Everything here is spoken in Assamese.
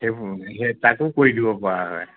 সেইবোৰ সেই তাকো কৰি দিব পৰা হয়